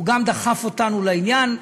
גם דחף אותנו לעניין.